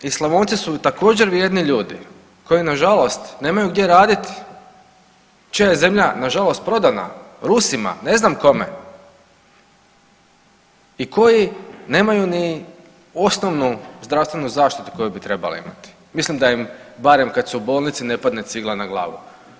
I Slavonci su također vrijedni ljudi koji na žalost nemaju gdje raditi, čija je zemlja na žalost prodana Rusima, ne znam kome i koji nemaju ni osnovnu zdravstvenu zaštitu koju bi trebali imati mislim da im bar kad su u bolnici ne padne cigla na glavu.